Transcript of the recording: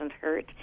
hurt